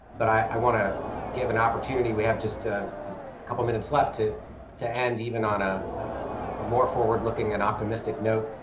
but i want to give an opportunity we have just a um couple minutes left to to end even on ah a more forward looking and optimistic note.